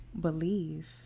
Believe